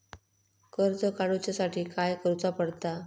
कर्ज काडूच्या साठी काय करुचा पडता?